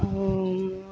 ଆଉ